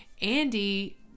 Andy